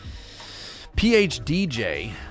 PhDJ